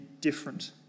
different